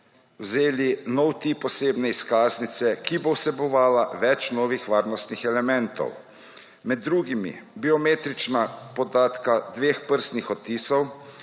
vzeli nov tip osebno izkaznice, ki bo vsebovala več novih varnostnih elementov med drugimi biometrična podatka dveh prstnih odtisov